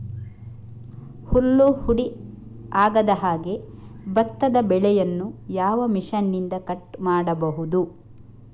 ಹುಲ್ಲು ಹುಡಿ ಆಗದಹಾಗೆ ಭತ್ತದ ಬೆಳೆಯನ್ನು ಯಾವ ಮಿಷನ್ನಿಂದ ಕಟ್ ಮಾಡಬಹುದು?